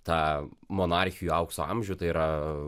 tą monarchijų aukso amžių tai yra